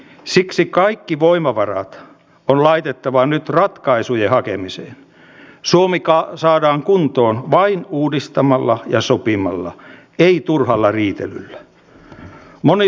ilta sanomissa oli uutinen tuossa olikohan se viime viikolla että naiset tarttuvat aseisiin isistä vastaan iso otsikko oikein